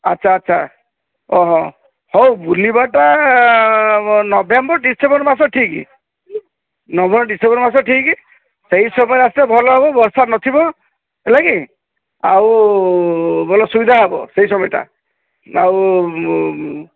ଆଚ୍ଛା ଆଚ୍ଛା ହଉ ବୁଲିବାଟା ନଭେମ୍ବର ଡିସେମ୍ବର ମାସ ଠିକ୍ ନଭେମ୍ବର ଡିସେମ୍ବର ମାସ ଠିକ୍ ସେଇ ସମୟରେ ଆସିଲେ ଭଲ ହେବ ବର୍ଷା ନଥିବ ହେଲାକି ଆଉ ଭଲ ସୁବିଧା ହେବ ସେଇ ସମୟଟା ଆଉ